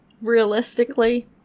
realistically